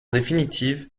définitive